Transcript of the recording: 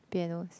pianos